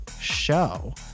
show